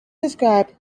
described